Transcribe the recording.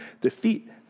defeat